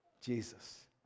Jesus